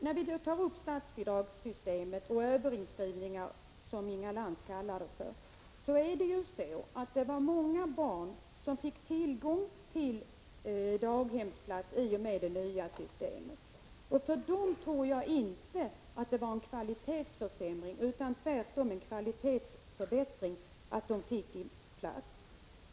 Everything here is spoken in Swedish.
När det gäller statsbidragssystemet och överinskrivningar, som Inga Lantz kallar det för, vill jag säga att det var många barn som fick tillgång till daghemsplats i och med det nya systemet. För dem tror jag inte att det 21 innebar en kvalitetsförsämring, utan tvärtom en kvalitetsförbättring, att de fick en daghemsplats.